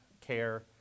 care